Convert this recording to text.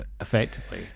Effectively